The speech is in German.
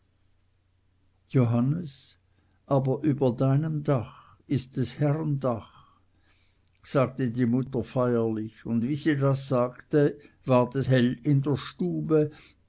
johannes aber über deinem dach ist des herrn dach sagte die mutter feierlich und wie sie das sagte ward es hell in der stube